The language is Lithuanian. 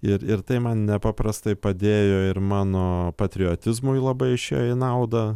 ir ir tai man nepaprastai padėjo ir mano patriotizmui labai išėjo į naudą